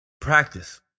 practice